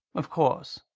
of course.